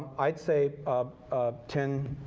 i'd say um ah ten,